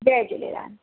Jay Jhulelal